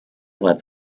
bereits